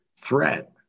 threat